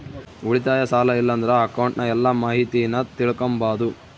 ಉಳಿತಾಯ, ಸಾಲ ಇಲ್ಲಂದ್ರ ಅಕೌಂಟ್ನ ಎಲ್ಲ ಮಾಹಿತೀನ ತಿಳಿಕಂಬಾದು